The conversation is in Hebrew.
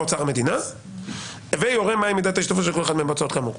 אוצר המדינה ויורה מהי מידת ההשתתפות של כל אחד מהם בהוצאות כאמור".